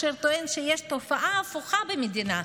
אשר טוען שיש תופעה הפוכה במדינה,